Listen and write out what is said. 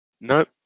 Nope